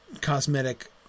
cosmetic